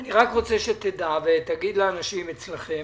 אני רק רוצה שתדע ותגיד לאנשים אצלכם